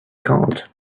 called